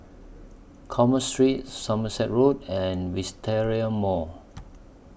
Commerce Street Somerset Road and Wisteria Mall